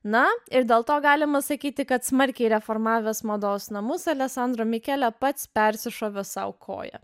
na ir dėl to galima sakyti kad smarkiai reformavęs mados namus aleksandro mikele pats persišovė sau koją